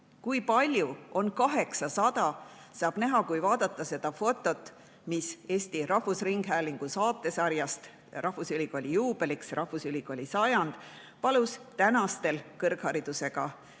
Kui palju on 800, saab näha, kui vaadata seda fotot, mis [tehti] Eesti Rahvusringhäälingu saatesarjas, [mis valmis] rahvusülikooli juubeliks, "Rahvusülikooli sajand", paludes tänastel kõrgharidusega